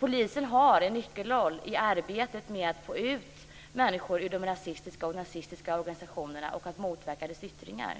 Polisen har en nyckelroll i arbetet med att få ut människor ur de rasistiska och nazistiska organisationerna och att motverka dess yttringar.